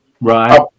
right